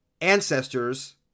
ancestors